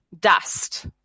dust